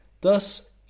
Thus